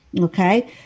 okay